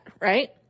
right